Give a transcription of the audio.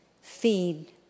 Feed